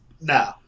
No